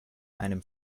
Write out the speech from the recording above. einem